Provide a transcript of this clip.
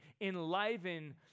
enliven